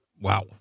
wow